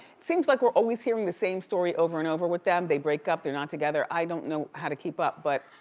seems like we're always hearing the same story over and over with them. they break up, they're not together. i don't know how to keep up, but